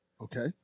Okay